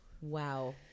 wow